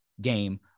game